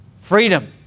Freedom